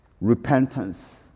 Repentance